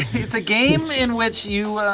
it's game in which you,